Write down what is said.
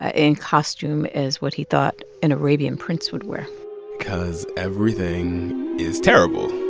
ah in costume as what he thought an arabian prince would wear cause everything is terrible